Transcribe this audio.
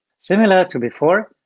similar to before,